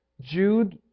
Jude